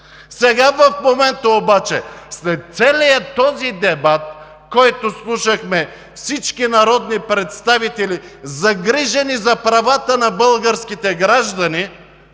Сега в момента обаче, след целия този дебат, който слушахме, всички народни представители, загрижени за правата на българските граждани,